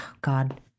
God